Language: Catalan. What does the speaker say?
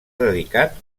dedicat